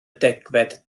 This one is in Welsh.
degfed